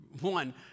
one